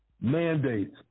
mandates